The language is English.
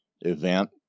event